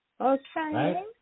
okay